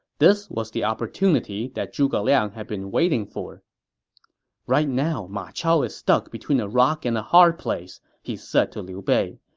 this was the opportunity that zhuge liang had been waiting for right now, ma chao is stuck between a rock and a hard place, he said to liu bei.